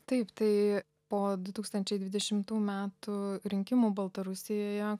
taip tai po du tūkstančiai dvidešimtų metų rinkimų baltarusijoje